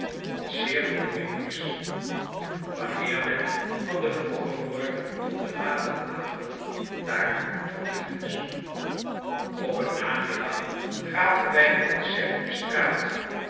wat zeer vermoeiend is wanneer men van den vroegen morgen tot den laten avond daartoe verplicht is op een namiddag gaven wij een concert op straat